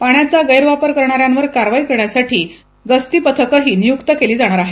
पाण्याचा गैरवापर करणा यावर कारवाई करण्यासाठी गस्ती पथके नियुक्त केली जाणार आहेत